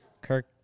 Kirk